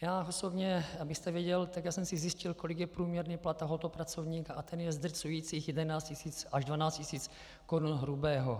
Já osobně, abyste věděl, jsem si zjistil, kolik je průměrný plat tohoto pracovníka, a ten je zdrcujících 11 tisíc až 12 tisíc korun hrubého.